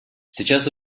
сейчас